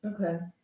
Okay